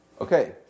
Okay